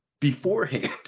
beforehand